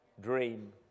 dream